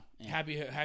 Happy